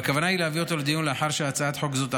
והכוונה היא להביא אותן לדיון לאחר שהצעת חוק זו תעבור.